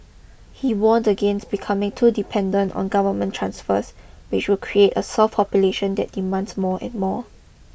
he warned against becoming too dependent on government transfers which would create a soft population that demands more and more